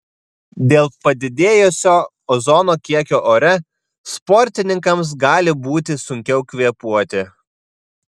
dėl padidėjusio ozono kiekio ore sportininkams gali būti sunkiau kvėpuoti